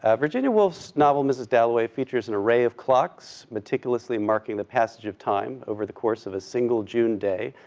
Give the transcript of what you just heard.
ah virginia woolf's novel, mrs. dalloway, features an array of clocks, meticulously marking the passage of time over the course of a single june day,